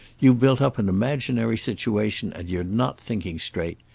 you've built up an imaginary situation, and you're not thinking straight.